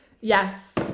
Yes